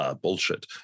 Bullshit